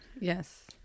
Yes